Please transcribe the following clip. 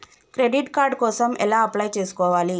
Credit card కోసం ఎలా apply చేసుకోవాలి?